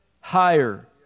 higher